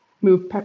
move